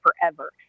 forever